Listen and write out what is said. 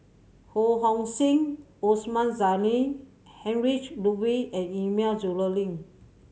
Ho Hong Sing Osman Zailani Heinrich Ludwig Emil Luering